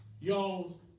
Y'all